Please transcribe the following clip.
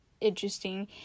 interesting